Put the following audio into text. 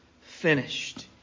finished